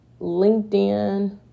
linkedin